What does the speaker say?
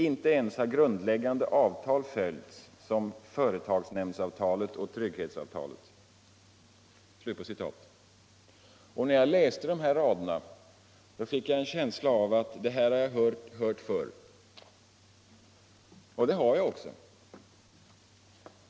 Inte ens har grundläggande avtal följts som företagsnämndavtalet och trygghetsavtalet.” När jag läste de raderna fick jag en känsla av att ha hört dem förr. Och det har jag också.